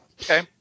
okay